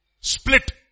Split